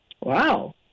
Wow